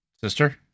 Sister